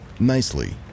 Nicely